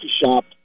shop